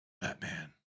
Batman